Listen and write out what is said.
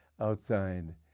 outside